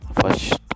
first